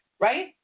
Right